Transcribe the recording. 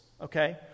okay